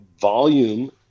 volume